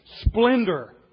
splendor